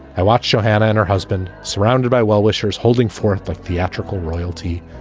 i watched shohat and her husband surrounded by well-wishers, holding forth like theatrical royalty.